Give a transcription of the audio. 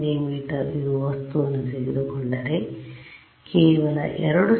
me ಇರುವ ವಸ್ತುವನ್ನು ತೆಗೆದುಕೊಂಡರೆ ಕೇವಲ 2 ಸೆಂ